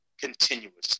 continuously